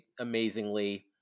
amazingly